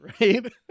Right